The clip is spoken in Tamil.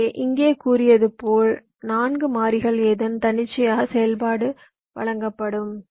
எனவே இங்கே கூறியது போல் 4 மாறிகள் ஏதேனும் தன்னிச்சையான செயல்பாடு வழங்கப்படும்